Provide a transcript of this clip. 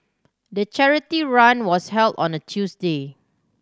the charity run was held on a Tuesday